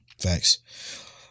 Facts